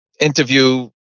interview